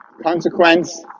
Consequence